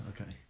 okay